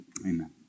Amen